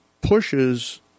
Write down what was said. pushes